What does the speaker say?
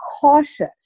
cautious